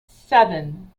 seven